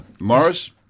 Morris